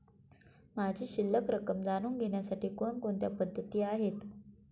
माझी शिल्लक रक्कम जाणून घेण्यासाठी कोणकोणत्या पद्धती आहेत?